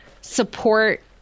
support